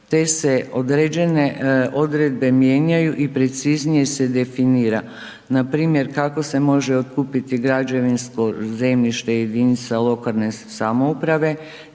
te se određene odredbe mijenjaju i preciznije se definira npr. kako se može otkupiti građevinsko zemljište jedinica lokalne samouprave,